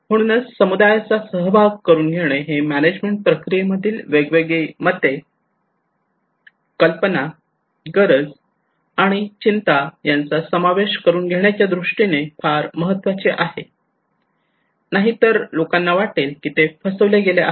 आणि म्हणून समुदायाचा समावेश करून घेणे हे मॅनेजमेंट प्रक्रियेमधील वेगवेगळी मते कल्पना गरजा आणि चिंता यांचा समावेश करून घेण्याच्या दृष्टीने फार महत्त्वाचे आहे नाहीतर लोकांना वाटेल की ते फसवले गेले आहेत